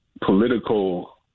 political